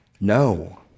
No